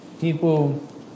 people